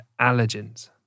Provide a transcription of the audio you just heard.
allergens